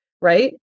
right